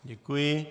Děkuji.